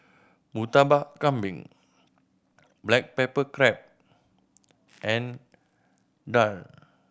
Murtabak Kambing black pepper crab and daal